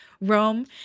Rome